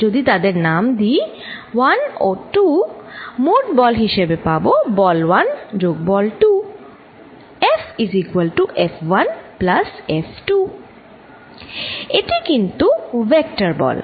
যদি তাদের নাম দিই1 ও 2 মোট বল হিসাবে পাব বল1 যোগ বল2 এটি কিন্তু ভেক্টর বল